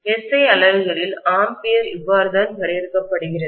SI அலகுகளில் ampere இவ்வாறுதான் வரையறுக்கப்படுகிறது